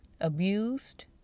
abused